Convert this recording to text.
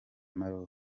maroc